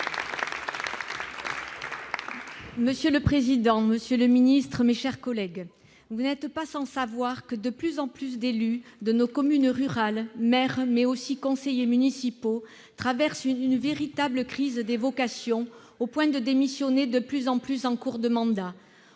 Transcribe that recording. Monsieur le président, monsieur le ministre, mes chers collègues, vous n'êtes pas sans savoir que de plus en plus d'élus de nos communes rurales, maires, mais aussi conseillers municipaux, traversent une véritable crise des vocations, au point de démissionner de plus en plus en cours de mandat.